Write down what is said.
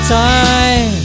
time